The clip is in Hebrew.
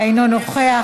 אינו נוכח,